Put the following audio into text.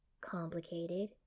complicated